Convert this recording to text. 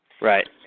Right